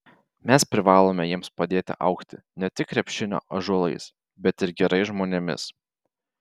mes privalome jiems padėti augti ne tik krepšinio ąžuolais bet ir gerais žmonėmis